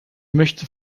möchte